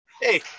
Hey